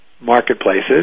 marketplaces